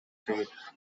trade